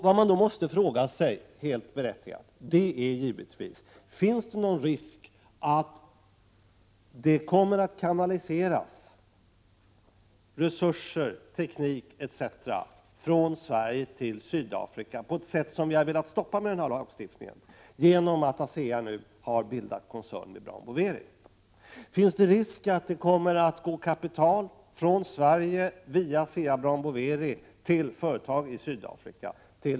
Vad man då helt berättigat måste fråga sig är givetvis: Finns det någon risk att det kommer att kanaliseras resurser, teknik etc. från Sverige till Sydafrika på ett sätt som vi velat stoppa med vår lagstiftning, på grund av att ASEA bildat en koncern tillsammans med Brown Boveri? Finns det risk att det kommer att gå kapital från Sverige via ASEA-Brown Boveri till dotterföretagen i Sydafrika?